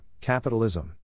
capitalism